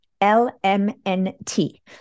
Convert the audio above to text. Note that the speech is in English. L-M-N-T